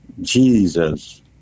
Jesus